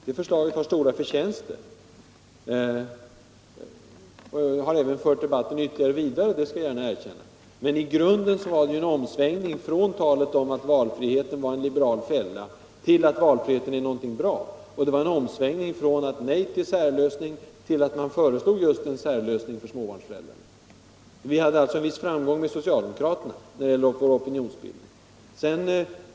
Det förslaget har stora förtjänster och har även fört debatten vidare, det skall jag gärna erkänna, men i grunden var det ju en omsvängning — från talet om att valfriheten var en liberal fälla till uppfattningen att valfriheten är någonting bra. Det var en omsvängning från ett nej till särlösning till ett förslag om just en särlösning för småbarnsföräldrar. Vi hade alltså en viss framgång hos socialdemokraterna med vår opinionsbildning.